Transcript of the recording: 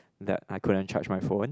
that I couldn't charge my phone